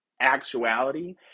actuality